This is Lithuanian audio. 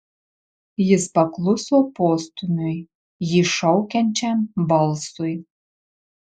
jis pakluso postūmiui jį šaukiančiam balsui